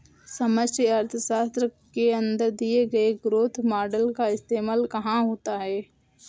समष्टि अर्थशास्त्र के अंदर दिए गए ग्रोथ मॉडेल का इस्तेमाल कहाँ होता है?